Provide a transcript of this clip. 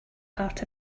part